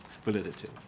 validity